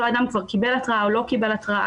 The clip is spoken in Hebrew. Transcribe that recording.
אדם כבר קיבל התראה או לא קיבל התראה,